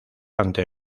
ante